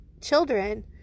children